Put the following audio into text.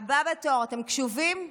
הבא בתור, אתם קשובים?